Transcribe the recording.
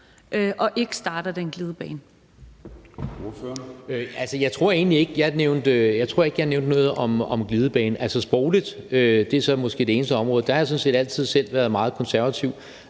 og ikke starter den glidebane.